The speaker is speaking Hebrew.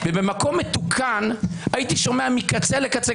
ובמקום מתוקן הייתי שומע מקצה לקצה,